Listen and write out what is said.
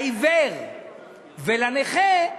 לעיוור ולנכה,